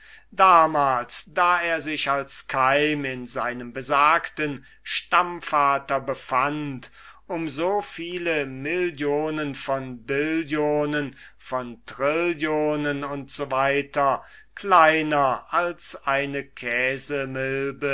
damals da er sich als keim in seinem besagten stammvater befand um so viele millionen billionen trillionen u s w kleiner als eine